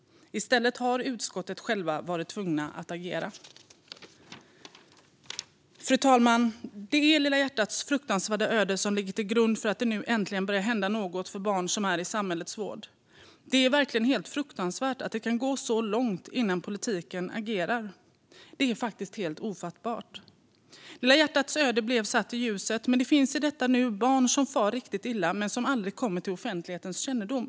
I stället har utskottet självt varit tvunget att agera. Fru talman! Det är "Lilla hjärtats" fruktansvärda öde som ligger till grund för att det nu äntligen börjar hända något för barn som är i samhällets vård. Det är verkligen helt fruktansvärt att det kan gå så långt innan politiken agerar. Det är faktiskt helt ofattbart. "Lilla hjärtats" öde blev satt i ljuset, men det finns i detta nu barn som far riktigt illa utan att det kommer till offentlighetens kännedom.